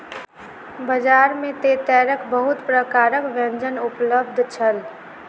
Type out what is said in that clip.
बजार में तेतैरक बहुत प्रकारक व्यंजन उपलब्ध छल